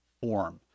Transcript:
form